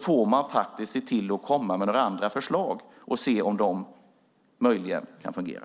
får man faktiskt se till att komma med några andra förslag och se om de möjligen kan fungera.